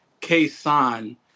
K-San